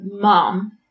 mom